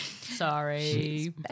sorry